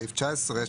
סעיף 19,